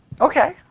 Okay